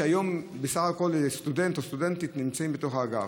היום בסך הכול סטודנט או סטודנטית נמצאים בתוך האגף.